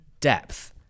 depth